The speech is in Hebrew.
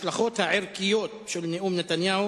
הצעה לסדר-היום